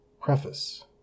Preface